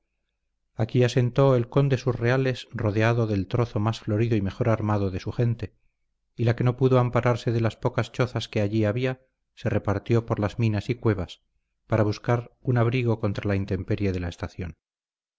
aquí asentó el conde sus reales rodeado del trozo más florido y mejor armado de su gente y la que no pudo ampararse de las pocas chozas que allí había se repartió por las minas y cuevas para buscar un abrigo contra la intemperie de la estación